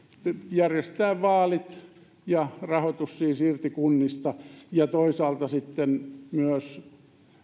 järjestää vaalit ja rahoitus siis irti kunnista ja toisaalta sitten